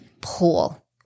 pull